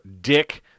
Dick